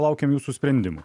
laukiam jūsų sprendimų